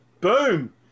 Boom